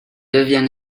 devient